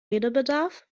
redebedarf